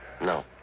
No